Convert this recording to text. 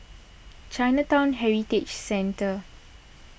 Chinatown Heritage Centre